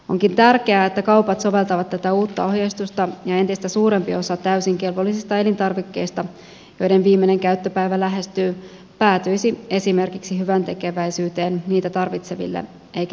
onkin tärkeää että kaupat soveltavat tätä uutta ohjeistusta ja entistä suurempi osa täysin kelvollisista elintarvikkeista joiden viimeinen käyttöpäivä lähestyy päätyisi esimerkiksi hyväntekeväisyyteen niitä tarvitseville eikä jätteeksi